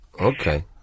Okay